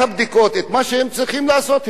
את מה שהם צריכים לעשות הם לא עשו.